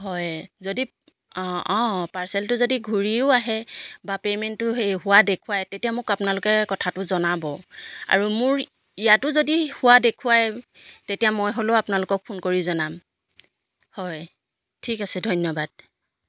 হয় যদি অঁ অঁ পাৰ্চেলটো যদি ঘূৰিও আহে বা পে'মেণ্টটো সেই হোৱা দেখুৱায় তেতিয়া মোক আপোনালোকে কথাটো জনাব আৰু মোৰ ইয়াতো যদি হোৱা দেখুৱায় তেতিয়া মই হ'লেও আপোনালোকক ফোন কৰি জনাম হয় ঠিক আছে ধন্যবাদ